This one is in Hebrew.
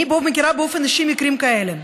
אני מכירה באופן אישי מקרים כאלה,